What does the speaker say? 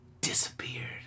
disappeared